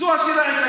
זו השאלה העיקרית.